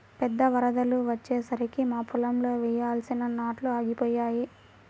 పెద్ద వరదలు వచ్చేసరికి మా పొలంలో వేయాల్సిన నాట్లు ఆగిపోయాయి